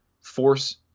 force